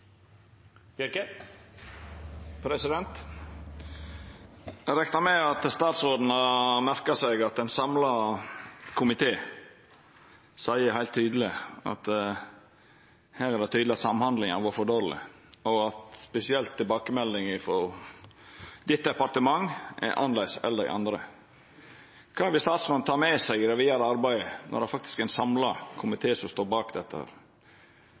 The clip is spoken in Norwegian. Eg reknar med at statsråden har merka seg at ein samla komité seier heilt tydeleg at her er det tydeleg at samhandlinga har vore for dårleg, og at spesielt tilbakemeldinga om hans departement er annleis enn dei andre. Kva vil statsråden ta med seg i det vidare arbeidet, når det faktisk er ein samla komité som står bak dette?